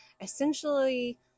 essentially